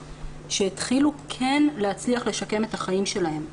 שהתחילו כן להצליח לשקם את החיים שלהן,